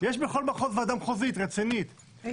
יש בכל מחוז ועדה מחוזית רצינית, הוסיפו לה תקנים.